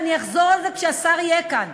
ואני אחזור על זה כשהשר יהיה כאן: